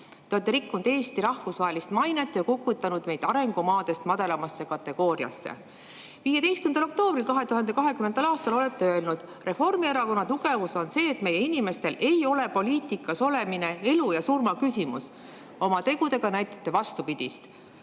Te olete rikkunud Eesti rahvusvahelist mainet ja kukutanud meid arengumaadest madalamasse kategooriasse. 15. oktoobril 2020. aastal ütlesite: "Reformierakonna tugevus on see, et meie inimestel ei ole poliitikas olemine elu ja surma küsimus […]." Oma tegudega näitate vastupidist.